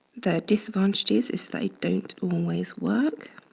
the disadvantages is they don't always work.